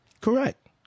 correct